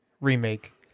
remake